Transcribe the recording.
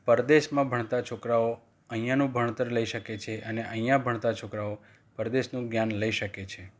પરદેશમાં ભણતા છોકરાઓ અહીંયાનું ભણતર લઇ શકે છે અને અહીંયા ભણતા છોકરાઓ પરદેશનું જ્ઞાન લઈ શકે છે